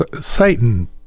Satan